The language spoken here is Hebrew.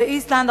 באיסלנד,